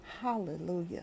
Hallelujah